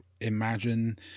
Imagine